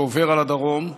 שעוברים על הדרום.